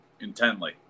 intently